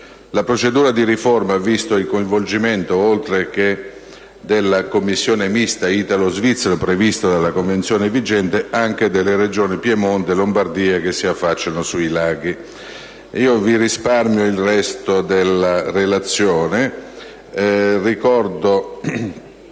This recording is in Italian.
La procedura di riforma ha visto il coinvolgimento, oltre che della Commissione mista italo-svizzera prevista dalla Convenzione vigente, anche delle Regioni Piemonte e Lombardia che si affacciano sui laghi. Vi risparmio il resto della relazione. Ricordo